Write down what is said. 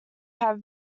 have